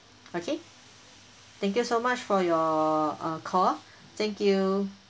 okay thank you so much for your uh call thank you